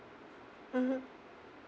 mmhmm